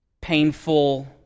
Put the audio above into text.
painful